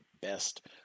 best